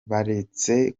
baretse